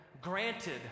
granted